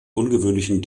ungewöhnlichen